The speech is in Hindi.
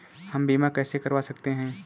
हम बीमा कैसे करवा सकते हैं?